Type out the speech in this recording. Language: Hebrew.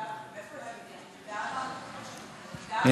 מאיפה הוא יודע, איל.